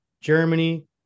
Germany